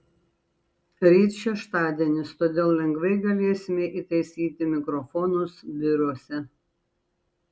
ryt šeštadienis todėl lengvai galėsime įtaisyti mikrofonus biuruose